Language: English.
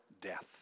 death